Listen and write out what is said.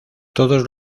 todos